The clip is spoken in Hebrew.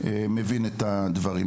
מבין את הדברים.